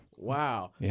Wow